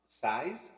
size